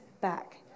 back